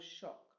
shocked